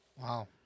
Wow